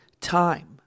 time